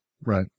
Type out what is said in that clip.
Right